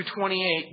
28